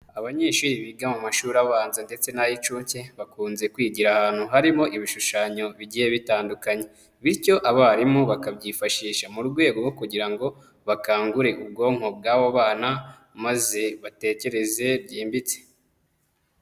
Abanyeshuri biga mu mashuri abanza ndetse n'ay'inshuke, bakunze kwigira ahantu harimo ibishushanyo bigiye bitandukanye, bityo abarimu bakabyifashisha mu rwego rwo kugira ngo bakangure ubwonko bw'abo bana maze batekereze byimbitse.